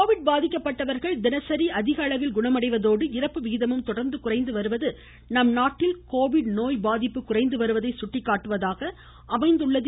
Covid பாதிக்கப்பட்டவர்கள் தினசரி அதிக அளவில் குணமடைவதோடு இறப்பு விகிதமும் தொடர்ந்து குறைந்து வருவது நம் நாட்டில் கோவிட் நோய் பாதிப்பு குறைந்து வருவதை சுட்டிக்காட்டுவதாக அமைந்துள்ளது